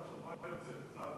גם השר שלך יודע,